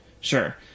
sure